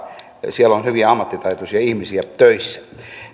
siellä on hyviä ammattitaitoisia ihmisiä töissä